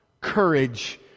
courage